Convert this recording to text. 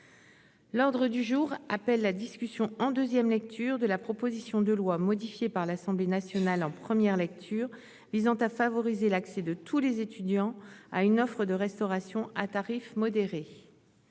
L'ordre du jour appelle la discussion en 2ème lecture de la proposition de loi modifiée par l'Assemblée nationale en première lecture visant à favoriser l'accès de tous les étudiants à une offre de restauration à tarifs modérés.